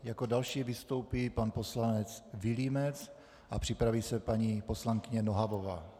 Jako další vystoupí pan poslanec Vilímec a připraví se paní poslankyně Nohavová.